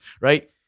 right